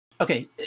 Okay